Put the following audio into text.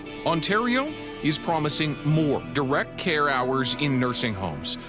ontario is promising more direct care hours in nursing homes.